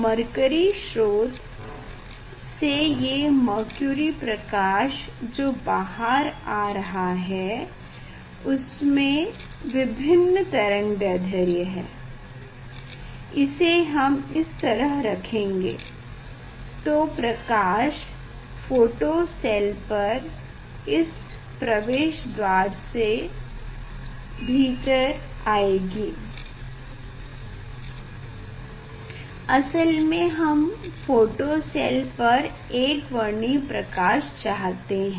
mercury स्रोत से ये मरक्युरि प्रकाश जो बाहर आ रहा है उसमें विभिन्न तरंगदैढ्र्य हैं इसे हम इस तरह रखेंगे तो प्रकाश फोटो सेल पर इस प्रवेश द्वार से भीतर आएगी असल में हम फोटो सेल पर एकवर्णी प्रकाश चाहते हैं